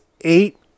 eight